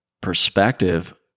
perspective